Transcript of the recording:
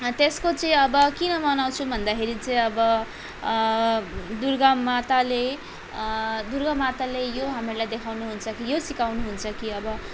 त्यसको चाहिँ अब किन मनाउँछौँ भन्दाखेरि चाहिँ अब दुर्गा माताले दुर्गा माताले यो हामीहरूलाई देखाउनु हुन्छ कि यो सिकाउनु हुन्छ कि अब